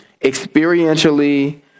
experientially